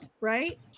right